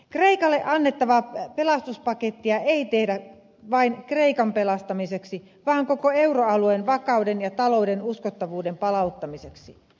kreikalle annettavaa pelastuspakettia ei tehdä vain kreikan pelastamiseksi vaan koko euroalueen vakauden ja talouden uskottavuuden palauttamiseksi